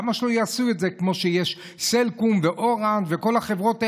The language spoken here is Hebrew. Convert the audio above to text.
למה שלא יעשו את זה כמו שיש סלקום ואורנג' וכל החברות האלה,